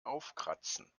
aufkratzen